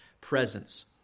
presence